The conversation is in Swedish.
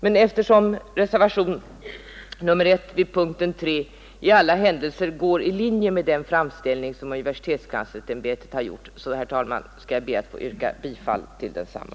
Men eftersom reservationen A 1 vid punkten 3 i alla händelser ligger i linje med den framställning som universitetskanslersämbetet gjort skall jag, herr talman, be att få yrka bifall till densamma.